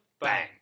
bang